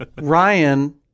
Ryan